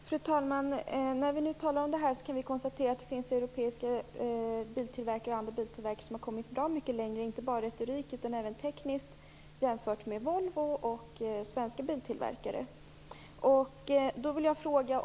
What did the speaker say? Fru talman! Det finns bl.a. europeiska tillverkare som, inte bara i retoriken utan också tekniskt, har kommit bra mycket längre än Volvo och svenska biltillverkare över huvud taget.